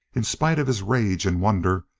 in spite of his rage and wonder,